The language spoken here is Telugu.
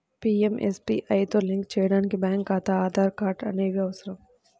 పీయంఎస్బీఐతో లింక్ చేయడానికి బ్యేంకు ఖాతా, ఆధార్ కార్డ్ అనేవి అవసరం